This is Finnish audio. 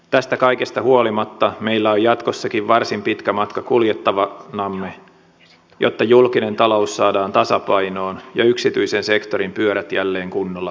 tästä kaikesta huolimatta meillä on jatkossakin varsin pitkä matka kuljettavanamme jotta julkinen talous saadaan tasapainoon ja yksityisen sektorin pyörät jälleen kunnolla pyörimään